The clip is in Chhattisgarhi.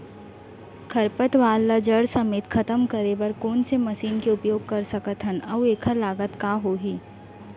खरपतवार ला जड़ समेत खतम करे बर कोन से मशीन के उपयोग कर सकत हन अऊ एखर लागत का होही?